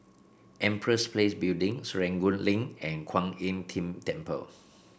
Empress Place Building Serangoon Link and Kwan Im Tng Temple